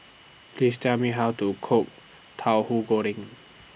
Please Tell Me How to Cook Tauhu Goreng